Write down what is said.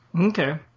Okay